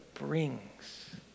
brings